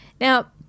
Now